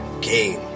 game